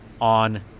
on